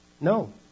No